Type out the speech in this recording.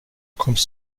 kommst